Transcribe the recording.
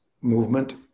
movement